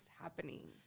happening